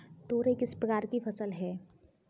तोरई किस प्रकार की फसल है?